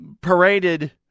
paraded